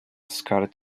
scarlet